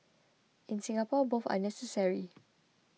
in Singapore both are necessary